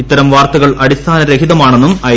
ഇത്തരം വാർത്തകൾ അടിസ്ഥാനരഹിതമാണെന്നും ഐ